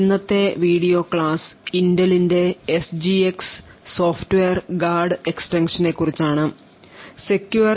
ഇന്നത്തെ video class ഇന്റലിന്റെ SGX software guard എക്സ്റ്റൻഷനെ കുറിച്ചാണ് Intel's SGX software guard extension